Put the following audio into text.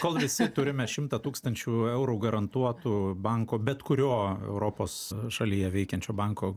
kol visi turime šimtą tūkstančių eurų garantuotų banko bet kurio europos šalyje veikiančio banko